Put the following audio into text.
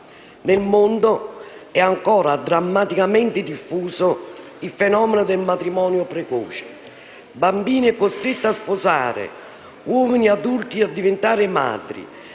nel mondo è ancora drammaticamente diffuso il fenomeno del matrimonio precoce: bambine costrette a sposare uomini adulti e a diventare madri